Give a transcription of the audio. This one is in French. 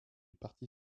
parti